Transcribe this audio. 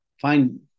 find